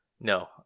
No